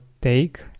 take